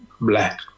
black